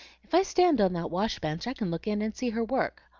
if i stand on that wash-bench i can look in and see her work.